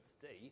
today